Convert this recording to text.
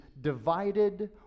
divided